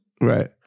Right